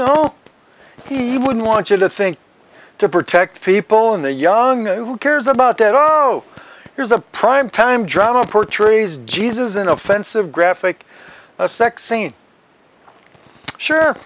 know he wouldn't want you to think to protect people in a young who cares about that oh here's a prime time drama portrays jesus in offensive graphic sex scene sure